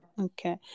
Okay